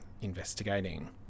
investigating